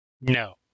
No